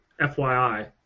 FYI